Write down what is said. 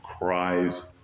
cries